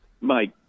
Mike